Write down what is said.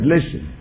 Listen